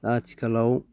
आथिखालाव